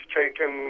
taken